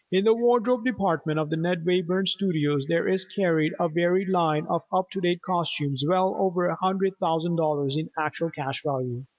in the wardrobe department of the ned wayburn studios there is carried a varied line of up-to-date costumes well over a hundred thousand dollars in actual cash value.